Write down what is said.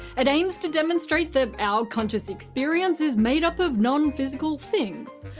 it aims to demonstrate that our conscious experience is made up of nonphysical things.